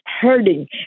hurting